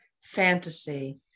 fantasy